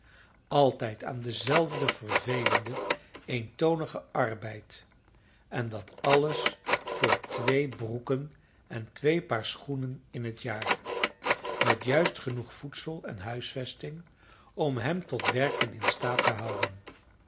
altijd aan denzelfden vervelenden eentonigen arbeid en dat alles voor twee broeken en twee paar schoenen in het jaar met juist genoeg voedsel en huisvesting om hem tot werken in staat te houden